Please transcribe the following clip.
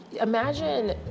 imagine